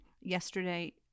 yesterday